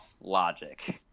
logic